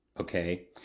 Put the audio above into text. Okay